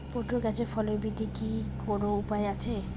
Motor গাছের ফলন বৃদ্ধির কি কোনো উপায় আছে?